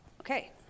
Okay